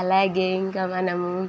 అలాగే ఇంకా మనము